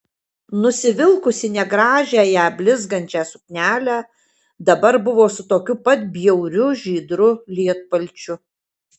nusivilkusi negražiąją blizgančią suknelę dabar buvo su tokiu pat bjauriu žydru lietpalčiu